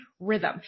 rhythm